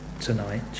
tonight